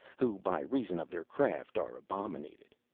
who by reason of their craft are abominated.